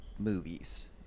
movies